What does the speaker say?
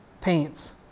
paints